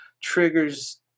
triggers